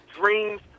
dreams